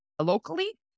locally